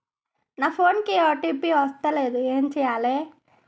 నా ఫోన్ కి ఓ.టీ.పి వస్తలేదు ఏం చేయాలే?